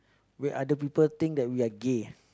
wait other people think that we are gay